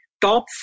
top